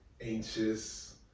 anxious